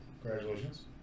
Congratulations